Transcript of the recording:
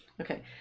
Okay